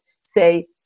say